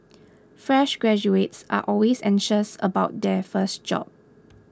fresh graduates are always anxious about their first job